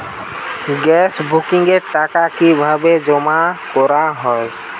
Gas বুকিংয়ের টাকা কিভাবে জমা করা হয়?